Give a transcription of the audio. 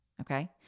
okay